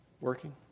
working